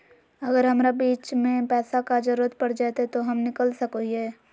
अगर हमरा बीच में पैसे का जरूरत पड़ जयते तो हम निकल सको हीये